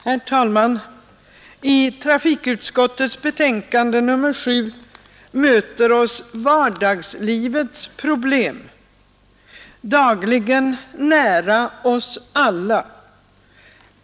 Herr talman! I trafikutskottets betänkande nr 7 möter oss vardagslivets problem — dagligen nära oss alla.